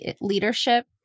leadership